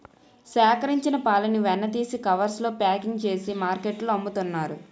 సేకరించిన పాలని వెన్న తీసి కవర్స్ లో ప్యాకింగ్ చేసి మార్కెట్లో అమ్ముతున్నారు